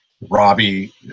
Robbie